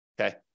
Okay